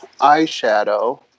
eyeshadow